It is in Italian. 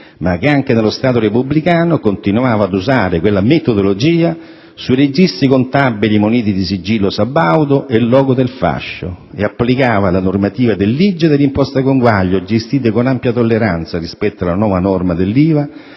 ma che anche nello Stato repubblicano continuava ad usare quella metodologia sui registri contabili muniti di sigillo sabaudo e logo del fascio, e applicava la normativa dell'IGE e della Imposta Conguaglio, gestite con ampia tolleranza rispetto alla nuova norma dell'IVA,